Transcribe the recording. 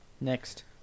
Next